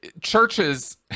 Churches